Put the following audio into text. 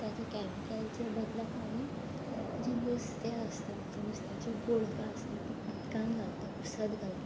ताज्या कॅमिकलच्या बदलाक आमी जें नुस्तें आसता या नुस्त्याचीं बोडकां आसता तीं उदकान घालता कुसत घालता